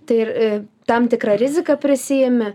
tai ir tam tikrą riziką prisiimi